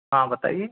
हाँ बताइए